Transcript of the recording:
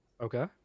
Okay